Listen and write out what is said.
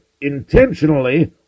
intentionally